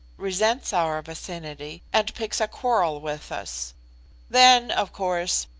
resents our vicinity, and picks a quarrel with us then, of course,